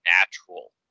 natural